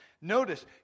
Notice